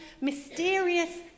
mysterious